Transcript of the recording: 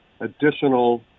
additional